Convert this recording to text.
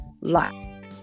life